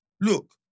Look